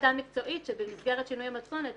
ועדה מקצועית שבמסגרת שינוי המתכונת